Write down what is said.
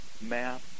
math